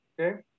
Okay